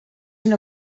una